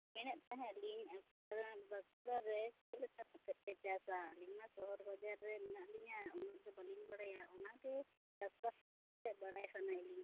ᱵᱟᱠᱩᱲᱟ ᱨᱮ ᱪᱮᱫ ᱞᱮᱠᱟ ᱠᱟᱛᱮᱫ ᱯᱮ ᱪᱟᱥᱟ ᱟᱹᱞᱤᱧ ᱢᱟ ᱥᱚᱦᱚᱨ ᱵᱟᱡᱟᱨ ᱨᱮ ᱢᱮᱱᱟᱜ ᱞᱤᱧᱟᱹ ᱩᱱᱟᱹᱜ ᱫᱚ ᱵᱟᱞᱤᱧ ᱵᱟᱲᱟᱭᱟ ᱚᱱᱟᱜᱮ ᱪᱟᱥ ᱵᱟᱥ ᱵᱟᱲᱟᱭ ᱥᱟᱱᱟᱭᱮᱫᱞᱤᱧ ᱛᱟᱦᱮᱸᱱᱟ